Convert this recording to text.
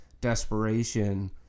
desperation